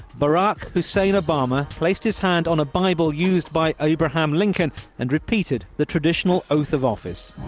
barack hussein obama placed his hand on a bible used by abraham lincoln and repeated the traditional oath of office.